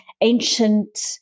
ancient